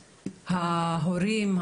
ההורים,